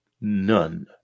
None